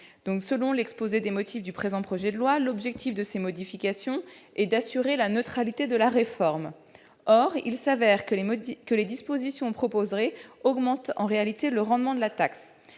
Selon l'exposé des motifs du présent projet de loi de finances rectificative, l'objectif de ces modifications est « d'assurer la neutralité de la réforme ». Or il s'avère que les dispositions proposées augmenteraient en réalité le rendement de la taxe.